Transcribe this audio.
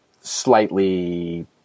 slightly